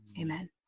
Amen